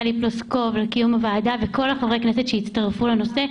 פלוסקוב ולכל חברי הכנסת שהצטרפו לנושא.